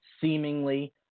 seemingly